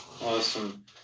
Awesome